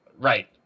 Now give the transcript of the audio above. Right